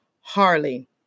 Harley